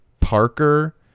Parker